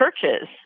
churches